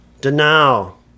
Denial